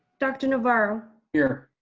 dr. navarro? here.